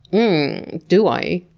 yeah um do i?